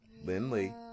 Lindley